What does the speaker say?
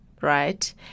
right